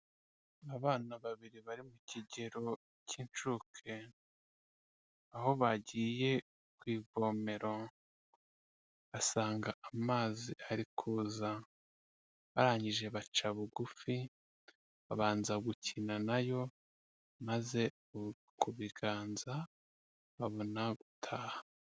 Abana babiri bari mu kigero cy'incuke, aho bagiye ku ivomero basanga amazi ari kuza, barangije baca bugufi babanza gukina nayo, maze ku biganza babona gutaha.